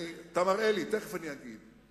אתה מראה לי, תיכף אני אגיד,